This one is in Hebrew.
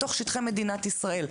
בתוך שטחי מדינת ישראל,